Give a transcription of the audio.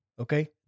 Okay